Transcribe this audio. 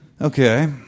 Okay